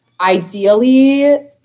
Ideally